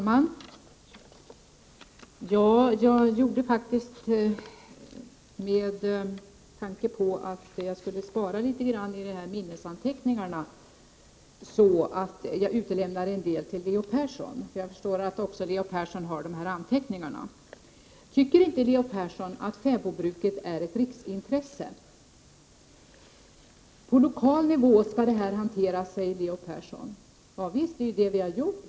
Herr talman! Min tanke var just att jag skulle spara litet grand från mina minnesanteckningar från samarbetsgruppens sammanträde så att Leo Persson kunde ta upp det, eftersom jag förstod att också Leo Persson har de här anteckningarna. Anser inte Leo Persson att fäbodbruket är av riksintresse? Han säger att den här frågan skall hanteras på lokal nivå. Javisst, det är det vi har gjort.